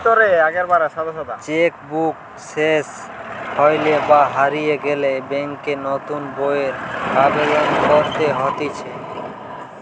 check book সেস হইলে বা হারিয়ে গেলে ব্যাংকে নতুন বইয়ের আবেদন করতে হতিছে